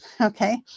Okay